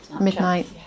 midnight